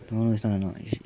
not it's not